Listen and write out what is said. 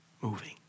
moving